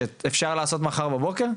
שאפשר לעשות מחר בבוקר?